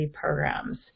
programs